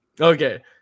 okay